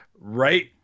right